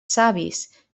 savis